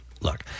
look